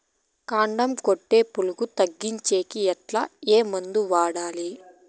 కాండం కొట్టే పులుగు తగ్గించేకి ఎట్లా? ఏ మందులు వాడాలి?